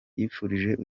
yifuriza